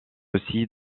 aussi